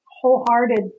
wholehearted